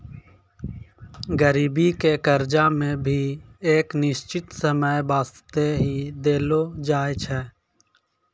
गरीबी के कर्जा मे भी एक निश्चित समय बासते ही देलो जाय छै